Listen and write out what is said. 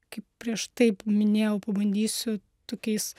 kaip prieš tai paminėjau pabandysiu tokiais